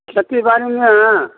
खेती बढ़िआँ